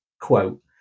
Quote